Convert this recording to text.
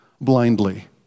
blindly